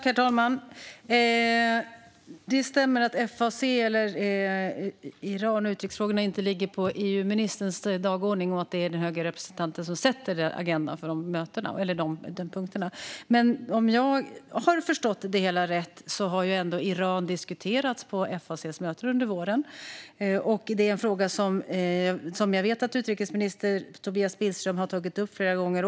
Herr talman! Det stämmer att FAC med Iran och utrikesfrågorna inte hör till EU-ministerns dagordning. Det är den höga representanten som sätter agendan för de punkterna. Men om jag har förstått det hela rätt har Iran ändå diskuterats på FAC:s möten under våren, och det är en fråga som jag vet att utrikesminister Tobias Billström har tagit upp flera gånger.